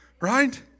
Right